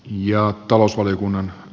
ja talousvaliokunnan